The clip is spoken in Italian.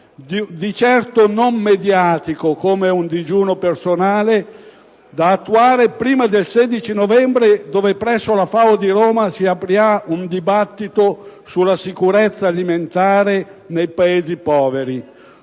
di certo non mediatico, come un digiuno personale, da attuare prima del 16 novembre, quando presso la sede FAO di Roma si aprirà un dibattito sulla sicurezza alimentare nei Paesi poveri.